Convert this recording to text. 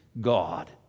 God